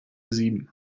sieben